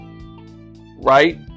right